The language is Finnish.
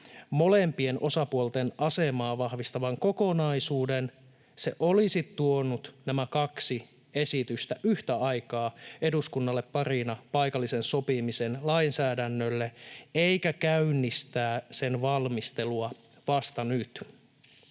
molempien osapuolten asemaa vahvistavan kokonaisuuden, se olisi tuonut nämä kaksi esitystä yhtä aikaa eduskunnalle parina paikallisen sopimisen lainsäädännöstä eikä käynnistänyt sen valmistelua vasta nyt.